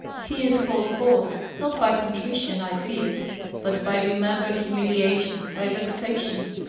tears called forth, not by contrition, i fear but by remembered humiliation, by vexation,